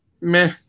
meh